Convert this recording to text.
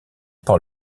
par